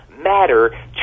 matter